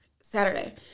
Saturday